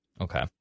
Okay